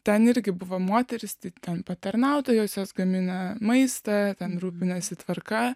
ten irgi buvo moterys tik ten patarnautojos jos gamina maistą ten rūpinasi tvarka